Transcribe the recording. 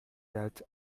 that